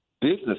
business